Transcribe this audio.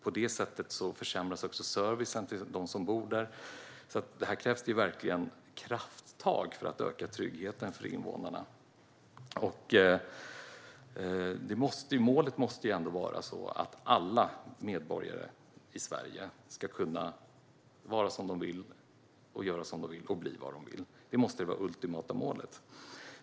På det sättet försämras också servicen för dem som bor där. Det krävs verkligen krafttag för att öka tryggheten för invånarna. Målet måste ändå vara att alla medborgare i Sverige ska kunna vara som de vill, göra vad de vill och bli vad de vill. Det måste vara det ultimata målet.